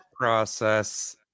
process